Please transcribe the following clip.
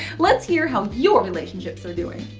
let's hear how your relationships are doing.